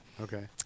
Okay